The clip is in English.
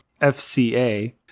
FCA